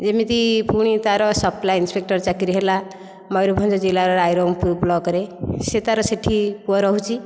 ଏମିତି ପୁଣି ତା'ର ସପ୍ଲାୟ ଇନସ୍ପେକଟର୍ ଚାକିରୀ ହେଲା ମୟୁରଭଞ୍ଜ ଜିଲ୍ଲାର ରାଇରାଙ୍ଗପୁର ବ୍ଲକରେ ସେ ତା'ର ସେଠି ପୁଅ ରହୁଛି